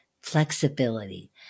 flexibility